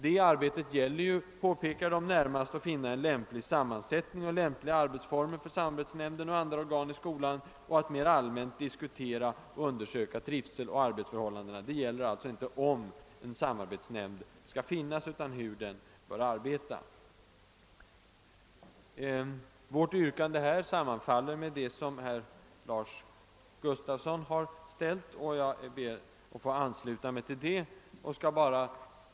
Detta arbete gäller närmast att finna lämplig sammansättning och lämpliga arbetsformer för samarbetsnämnden och andra organ i skolan samt att mer allmänt diskutera och undersöka trivseioch arbetsförhållanden.» Vårt yrkande härvidlag sammanfaller med det som herr Gustafsson i Barkarby har ställt, och jag ber att få ansluta mig till hans yrkande.